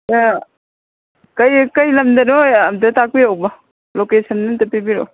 ꯑꯥ ꯀꯔꯤ ꯂꯝꯗꯅꯣ ꯑꯝꯇ ꯇꯥꯛꯄꯤꯔꯛꯎꯕ ꯂꯣꯀꯦꯁꯟꯗꯣ ꯑꯝꯇ ꯄꯤꯕꯤꯔꯛꯎ